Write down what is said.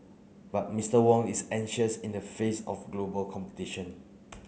but Mister Wong is anxious in the face of global competition